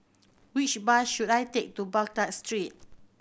which bus should I take to Baghdad Street